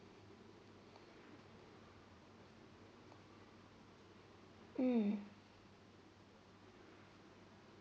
mm